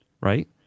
right